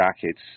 jackets